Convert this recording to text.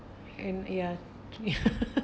and ya